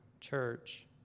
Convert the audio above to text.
church